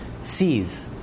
sees